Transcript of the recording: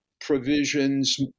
provisions